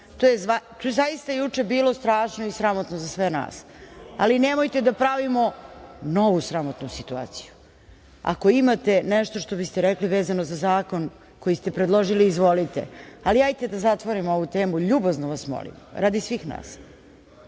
To je zaista juče bilo strašno i sramotno za sve nas, ali nemojte da pravimo novu sramotnu situaciju. Ako imate nešto što biste rekli vezano za zakon koji ste predložili, izvolite, ali hajte da zatvorimo ovu temu, ljubazno vas molim, a radi svih